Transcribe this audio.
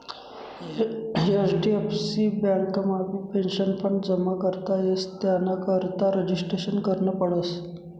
HDFC बँकमाबी pension fund जमा करता येस त्यानाकरता रजिस्ट्रेशन करनं पडस